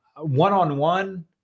one-on-one